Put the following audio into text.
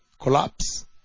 collapse